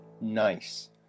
Nice